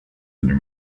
under